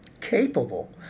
capable